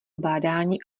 bádání